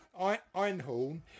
einhorn